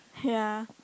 ya